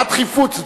מה הדחיפות?